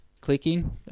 clicking